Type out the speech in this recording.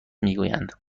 میگویند